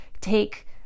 take